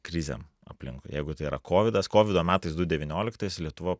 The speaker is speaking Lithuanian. krizėm aplinkui jeigu tai yra kovidas kovido metais du devynioliktais lietuva